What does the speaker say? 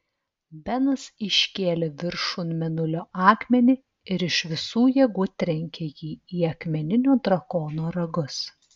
benas iškėlė viršun mėnulio akmenį ir iš visų jėgų trenkė jį į akmeninio drakono ragus